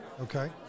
Okay